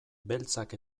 beltzak